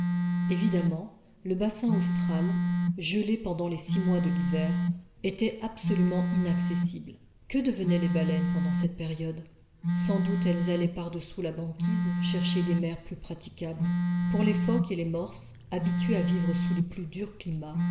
évidemment le bassin austral gelé pendant les six mois de l'hiver était absolument inaccessible que devenaient les baleines pendant cette période sans doute elles allaient par-dessous la banquise chercher des mers plus praticables pour les phoques et les morses habitués à vivre sous les plus durs climats